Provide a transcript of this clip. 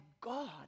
God